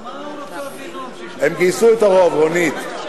הם גייסו את הרוב, רונית.